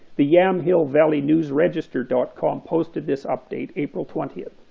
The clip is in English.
the yamhillvalleynewsregister dot com posted this update april twentieth